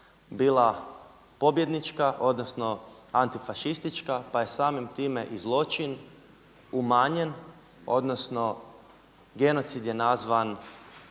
bila pobjednička, odnosno antifašistička pa je samim time i zločin umanjen, odnosno genocid je nazvan